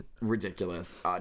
ridiculous